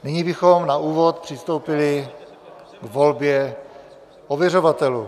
Nyní bychom na úvod přistoupili k volbě ověřovatelů.